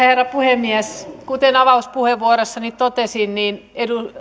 herra puhemies kuten avauspuheenvuorossani totesin niin